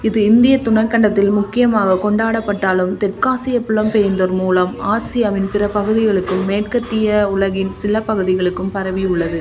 இது இந்தியத் துணைக்கண்டத்தில் முக்கியமாகக் கொண்டாடப்பட்டாலும் தெற்காசிய புலம்பெயர்ந்தோர் மூலம் ஆசியாவின் பிற பகுதிகளுக்கும் மேற்கத்திய உலகின் சில பகுதிகளுக்கும் பரவி உள்ளது